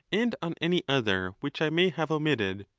and on any other which i may have omitted.